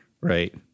Right